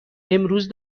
امروز